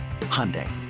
Hyundai